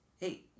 hey